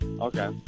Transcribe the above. Okay